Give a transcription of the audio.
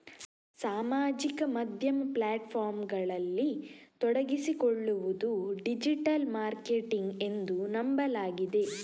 ಸಾಮಾಜಿಕ ಮಾಧ್ಯಮ ಪ್ಲಾಟ್ ಫಾರ್ಮುಗಳಲ್ಲಿ ತೊಡಗಿಸಿಕೊಳ್ಳುವುದು ಡಿಜಿಟಲ್ ಮಾರ್ಕೆಟಿಂಗ್ ಎಂದು ನಂಬಲಾಗಿದೆ